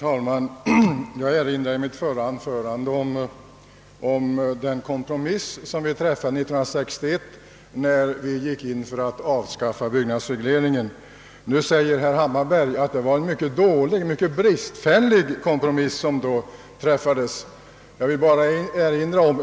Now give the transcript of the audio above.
Herr talman! I mitt förra anförande erinrade jag om den kompromiss som vi träffade 1961, när vi avskaffade byggnadsregleringen. Herr Hammarberg säger nu att det var en mycket bristfällig och dålig kompromiss.